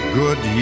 good